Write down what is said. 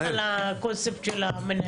אל תלך על הקונספט של המנהל.